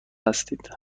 هستید